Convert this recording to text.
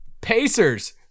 Pacers